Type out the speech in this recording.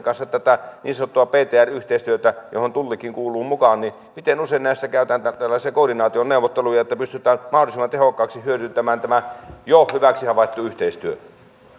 kanssa tätä niin sanottua ptr yhteistyötä johon tullikin kuuluu mukaan miten usein näissä käydään tällaisia koordinaationeuvotteluja että pystytään mahdollisimman tehokkaasti hyödyntämään tämä jo hyväksi havaittu yhteistyö